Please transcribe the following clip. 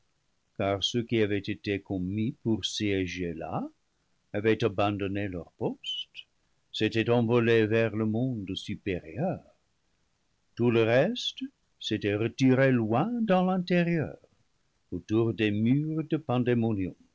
car ceux qui avaient été commis pour siéger là avaient abandonné leur poste s'étaient envolés vers le monde supérieur tout le reste s'était retiré loin dans l'intérieur autour des murs de pandaemonium